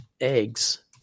Eggs